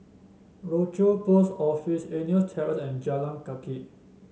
Rochor Post Office Eunos Terrace and Jalan Kathi